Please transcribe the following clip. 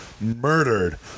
murdered